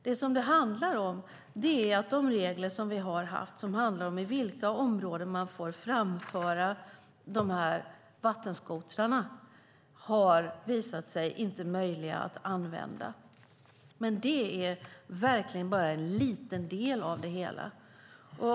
Det som det handlar om är att de regler som vi har haft och som handlar om i vilka områden som man får framföra dessa vattenskotrar har visat sig inte vara möjliga att använda. Men det är verkligen bara en liten del av det hela.